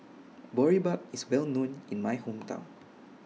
Boribap IS Well known in My Hometown